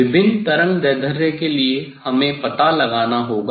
विभिन्न तरंगदैर्ध्य के लिए हमें पता लगाना होगा